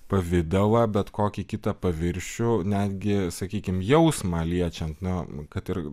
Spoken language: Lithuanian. pavidalą bet kokį kitą paviršių netgi sakykim jausmą liečiant na kad ir